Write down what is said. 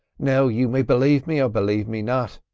now, you may b'lave me or b'lave me not,